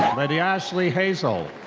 ladyashley hazel.